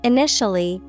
Initially